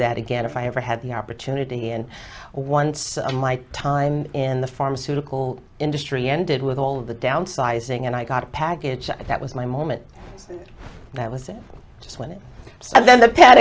that again if i ever had the opportunity and once my time in the pharmaceutical industry ended with all of the downsizing and i got a package that was my moment that was just when it started then the p